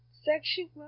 Sexual